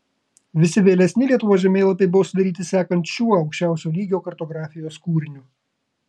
visi vėlesni lietuvos žemėlapiai buvo sudaryti sekant šiuo aukščiausio lygio kartografijos kūriniu